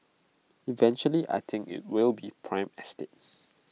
eventually I think IT will be prime estate